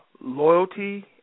Loyalty